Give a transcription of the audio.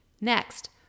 Next